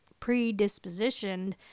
predispositioned